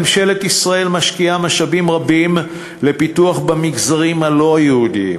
ממשלת ישראל משקיעה משאבים רבים בפיתוח במגזרים הלא-יהודיים,